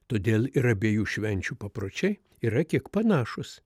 todėl ir abiejų švenčių papročiai yra kiek panašūs